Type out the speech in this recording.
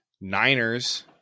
Niners